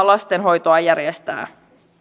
lastenhoitonsa järjestää